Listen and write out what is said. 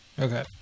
okay